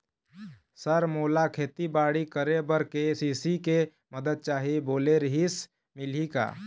Sir मोला खेतीबाड़ी करेबर के.सी.सी के मंदत चाही बोले रीहिस मिलही का?